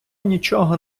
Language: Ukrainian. нічого